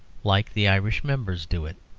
like the irish members, do it.